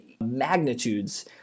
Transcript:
magnitudes